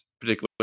particular